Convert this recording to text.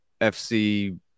fc